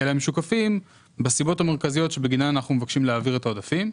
אלא הם משוקפים בסיבות המרכזיות שבגינן אנחנו מבקשים להעביר את העודפים,